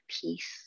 peace